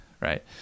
right